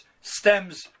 stems